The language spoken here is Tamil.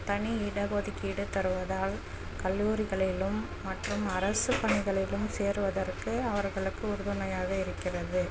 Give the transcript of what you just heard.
தனி இட ஒதுக்கீடு தருவதால் கல்லூரிகளிலும் மற்றும் அரசு பணிகளிலும் சேருவதற்கு அவர்களுக்கு உறுதுணையாகவே இருக்கிறது